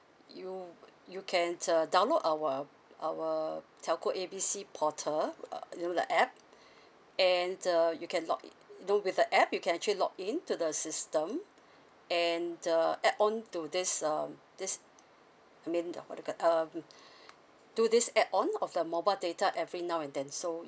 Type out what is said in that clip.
you you can uh download our our telco A B C portal uh you know the app and uh you can log know with the app you can actually login to the system and uh add on to this um this I mean the what you called um do this add on of the mobile data every now and then so